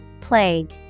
Plague